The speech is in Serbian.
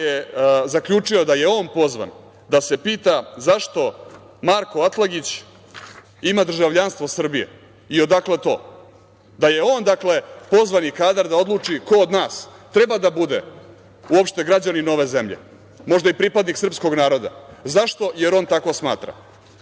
da je on pozvan da se pita zašto Marko Atlagić ima državljanstvo Srbije i odakle to. Da je on pozvani kadar ko od nas treba da bude uopšte građanin ove zemlje, možda i pripadnik srpskog naroda. Zašto? Jer on tako smatra. Marko